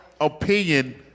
opinion